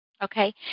Okay